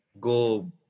go